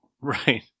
Right